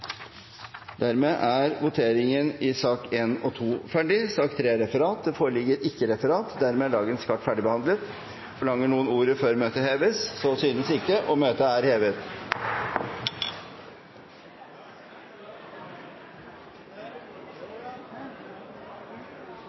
Dermed er dagens kart ferdigbehandlet. Forlanger noen ordet før møtet heves? – Møtet er hevet.